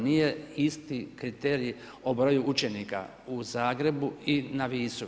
Nije isti kriterij o broju učenika u Zagrebu i na Visu.